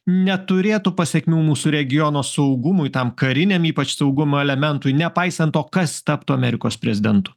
neturėtų pasekmių mūsų regiono saugumui tam kariniam ypač saugumo elementui nepaisant to kas taptų amerikos prezidentu